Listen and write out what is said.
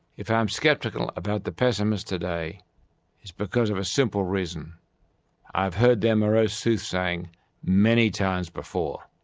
if i am sceptical about the pessimists today, it's because of a simple reason i have heard their morose soothsaying many times before.